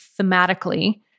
thematically